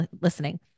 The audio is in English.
listening